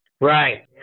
Right